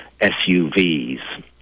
SUVs